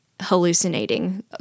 hallucinating